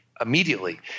immediately